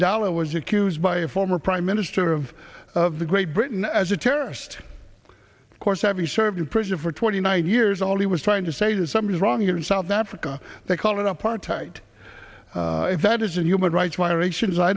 ela was accused by a former prime minister of of the great britain as a terrorist of course having served in prison for twenty nine years all he was trying to say that something is wrong in south africa they call it apartheid if that is in human rights violations i